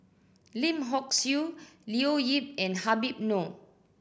Lim Hock Siew Leo Yip and Habib Noh